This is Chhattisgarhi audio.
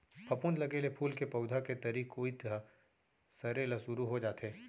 फफूंद लगे ले फूल के पउधा के तरी कोइत ह सरे ल सुरू हो जाथे